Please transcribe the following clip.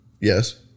Yes